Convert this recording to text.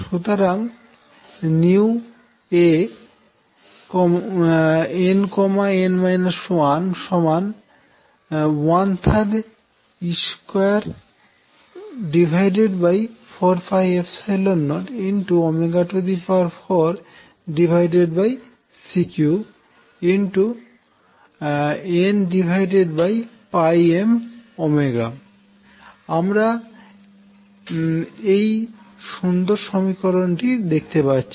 সুতরাং Ann 1 13e2404C3 nm আমরা এই সুন্দর সমীকরণটি দেখতে পাচ্ছি